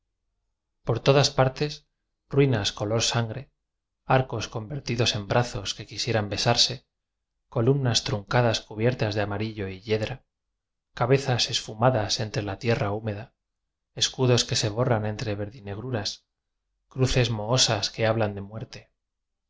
por todas partes ruinas color sangre arcos con vertidos en brazos que quisieran besarse columnas truncadas cubiertas de amarillo y yedra cabezas esfumadas entre la tierra húmeda escudos que se borran entre verdinegruras cruces mohosas que hablan de muerte